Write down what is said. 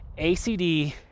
ACD